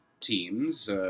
teams